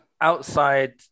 Outside